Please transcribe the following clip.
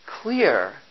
clear